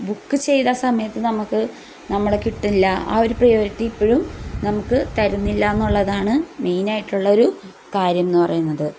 book ചെയ്ത സമയത്ത് നമുക്ക് നമ്മൾ കിട്ടില്ല ആ ഒരു പ്രയോരിറ്റി ഇപ്പോഴും നമുക്ക് തരുന്നില്ലായെന്നുള്ളതാണ് മെയിൻ ആയിട്ടുള്ളൊരു കാര്യമെന്ന് പറയുന്നത്